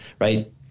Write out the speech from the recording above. right